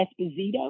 Esposito